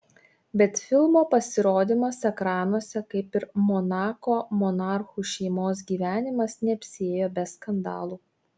bet filmo pasirodymas ekranuose kaip ir monako monarchų šeimos gyvenimas neapsiėjo be skandalų